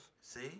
See